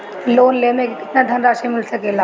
Loan मे केतना धनराशी मिल सकेला?